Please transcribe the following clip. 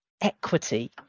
equity